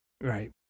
Right